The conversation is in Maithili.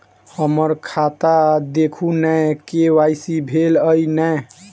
हम्मर खाता देखू नै के.वाई.सी भेल अई नै?